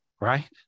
Right